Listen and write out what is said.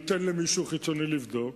לא בפעם העשירית, ניתן למישהו חיצוני לבדוק.